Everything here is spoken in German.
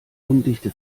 undichte